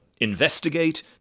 investigate